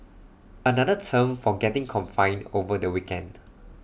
another term for getting confined over the weekend